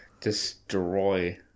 destroy